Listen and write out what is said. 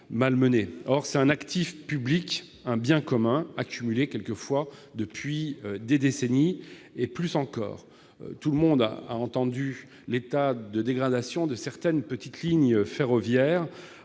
d'un actif public, d'un bien commun, accumulé quelquefois depuis des décennies, voire plus. Tout le monde connaît l'état de dégradation de certaines petites lignes ferroviaires.